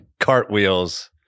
Cartwheels